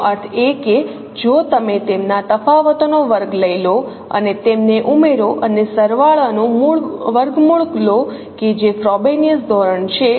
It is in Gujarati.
તેનો અર્થ એ કે જો તમે તેમના તફાવતોનો વર્ગ લઈ લો અને તેમને ઉમેરો અને સરવાળોનો વર્ગમૂળ લો કે જે ફ્રોબેનિઅસ ધોરણ છે